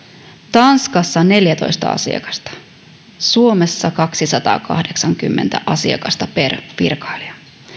tanskassa neljätoista asiakasta suomessa kaksisataakahdeksankymmentä asiakasta per virkailija